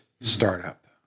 startup